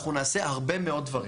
אנחנו נעשה הרבה מאוד דברים.